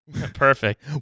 Perfect